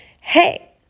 Hey